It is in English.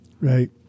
Right